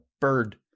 bird